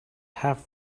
half